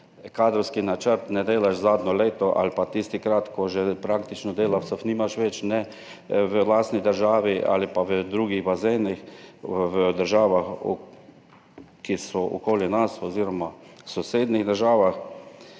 kadrovskega načrta ne delaš zadnje leto ali pa tistikrat, ko že praktično delavcev nimaš več, ne v lastni državi ali pa v drugih bazenih v državah, ki so okoli nas oziroma v sosednjih državah.